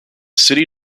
city